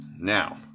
Now